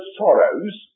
sorrows